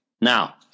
Now